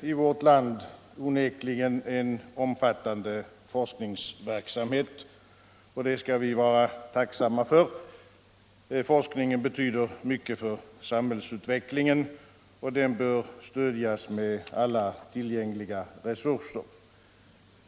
i vårt land onekligen en omfattande forskningsverksamhet, och det skall vi vara tacksamma för. Forskningen betyder mycket för samhällsutvecklingen, och den bör stödjas med alla tillgängliga resurser.